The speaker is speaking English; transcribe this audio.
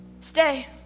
Stay